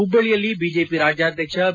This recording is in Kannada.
ಹುಬ್ಬಳ್ಳಿಯಲ್ಲಿ ಬಿಜೆಪಿ ರಾಜ್ಯಾಧ್ಯಕ್ಷ ಬಿ